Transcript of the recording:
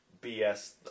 BS